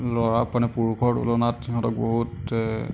ল'ৰা মানে পুৰুষৰ তুলনাত সিহঁতে বহুত